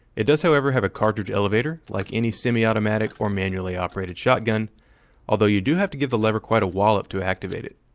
it does, however, have a cartridge elevator like any semiautomatic or manually-operated shotgun although you do have to give the lever quite a wallop to activate it.